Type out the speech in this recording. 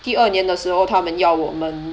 第二年的时候他们要我们